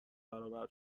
برابر